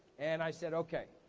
and i said okay.